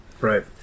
Right